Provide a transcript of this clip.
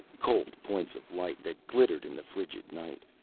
cold points of light that glittered in the frigid night.